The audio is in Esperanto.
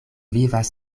vivas